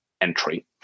entry